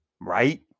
right